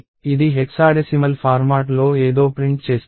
ఇది హెక్సాడెసిమల్ ఫార్మాట్లో ఏదో ప్రింట్ చేస్తోంది